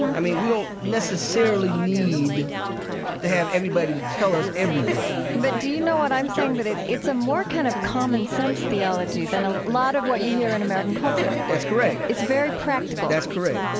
i mean, we don't necessarily need to have everybody to tell us everything but do you know what i'm saying? that it's it's a more kind of common sense theology than a lot of what you hear in american culture that's correct it's very practical that's correct.